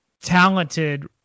talented